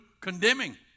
condemning